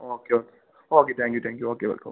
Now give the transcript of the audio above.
okay okay okay thank you thank you okay welcome